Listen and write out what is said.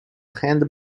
hand